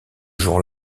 jour